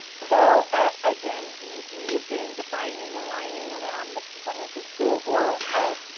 so ah again, we we have been defining and aligning around the components of school oral health,